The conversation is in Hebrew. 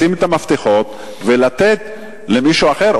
לשים את המפתחות ולתת למישהו אחר,